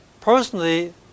personally